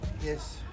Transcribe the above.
Yes